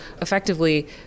effectively